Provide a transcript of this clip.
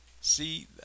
See